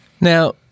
now